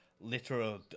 literal